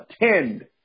attend